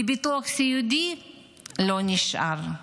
לביטוח סיעודי לא נשאר,